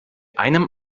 einem